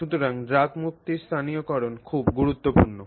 সুতরাং ড্রাগ মুক্তির স্থানীয়করণ খুব গুরুত্বপূর্ণ